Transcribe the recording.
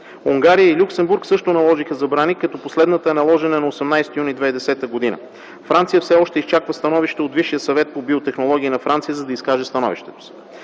Унгария и Люксембург също наложиха забрани, като последната е наложена на 18 юни 2010 г. Франция все още изчаква становище от Висшия съвет по биотехнология на Франция, за да изкаже становището си.